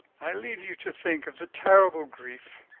i leave you to think of the terrible grief,